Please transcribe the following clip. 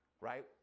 right